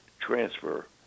transfer